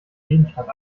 gegenstand